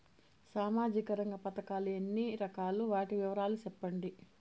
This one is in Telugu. సామాజిక రంగ పథకాలు ఎన్ని రకాలు? వాటి వివరాలు సెప్పండి